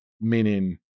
meaning